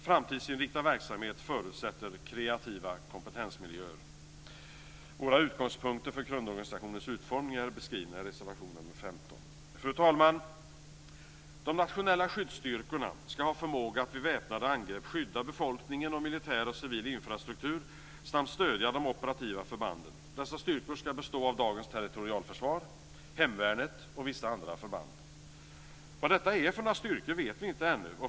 Framtidsinriktad verksamhet förutsätter kreativa kompetensmiljöer! Våra utgångspunkter för grundorganisationens utformning är beskrivna i reservation 15. Fru talman! De nationella skyddsstyrkorna ska ha förmåga att vid väpnade angrepp skydda befolkningen och militär och civil infrastruktur samt stödja de operativa förbanden. Dessa styrkor ska bestå av dagens territorialförsvar, hemvärnet och vissa andra förband. Vad det är för styrkor vet vi inte ännu.